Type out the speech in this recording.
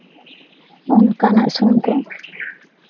ᱚᱱᱠᱟᱱᱟᱜ ᱥᱩᱱᱩᱢ ᱠᱚ